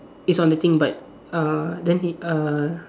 he's on the thing but uh then he uh